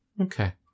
Okay